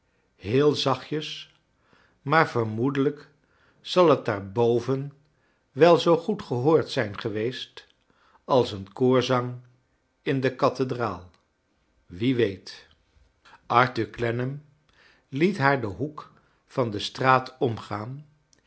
heel zachtjes maar vermoedelijk zal het daar boven wel zoo goed gehoord zijn geweest als een koorgezang in den kathedraal wie weet arthur clennam liet haar den hoek van de straat omgaan